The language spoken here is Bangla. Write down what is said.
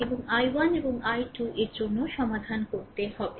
এবং i1 এবং i2 এর জন্য সমাধান করতে হবে